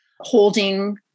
holding